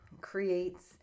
creates